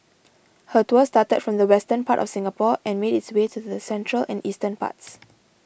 her tour started from the western part of Singapore and made its way to the central and eastern parts